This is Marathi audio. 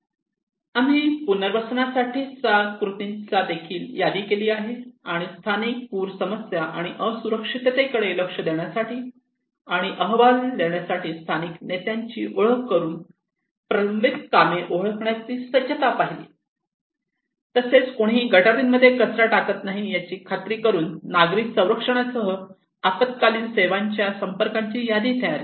आम्ही पुनर्वसना साठ साठी चा कृतींची देखील यादी केली आणि स्थानिक पूर समस्या आणि असुरक्षिततेकडे लक्ष देण्यासाठी आणि अहवाल देण्यासाठी स्थानिक नेत्यांची ओळख करुन प्रलंबित कामे ओळखण्याची सज्जता पाहिली तसेच कोणीही गटारींमध्ये कचरा टाकत नाही याची खात्री करुन नागरी संरक्षणासह आपत्कालीन सेवांच्या संपर्काची यादी तयार केली